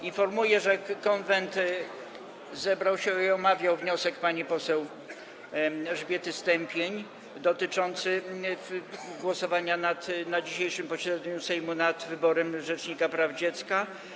Informuję, że Konwent się zebrał i omawiał wniosek pani poseł Elżbiety Stępień dotyczący głosowania na dzisiejszym posiedzeniu Sejmu nad wyborem rzecznika praw dziecka.